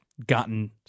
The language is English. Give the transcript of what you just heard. gotten